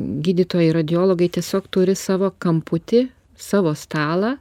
gydytojai radiologai tiesiog turi savo kamputį savo stalą